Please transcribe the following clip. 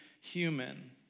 human